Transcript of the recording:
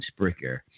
Spricker